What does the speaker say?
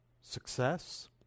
success